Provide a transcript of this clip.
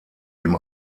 ihm